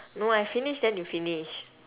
no I finish then you finish